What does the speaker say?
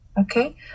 okay